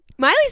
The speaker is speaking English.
Miley